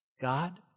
God